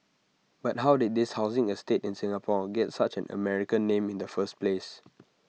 but how did this housing estate in Singapore get such an American name in the first place